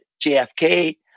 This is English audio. JFK